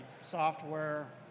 software